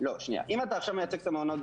אם אתה עכשיו מייצג את המעונות,